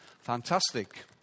fantastic